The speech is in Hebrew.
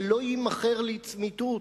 שלא יימכר לצמיתות.